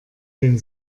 den